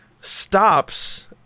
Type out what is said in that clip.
stops